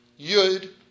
Yud